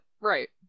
Right